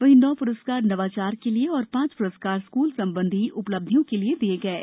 वहींए नौ प्रस्कार नवाचार के लिए और पांच प्रस्कार स्कूल संबंधी उपलब्धियों के लिए दिया गया है